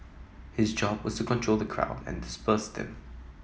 his job was to control the crowd and disperse them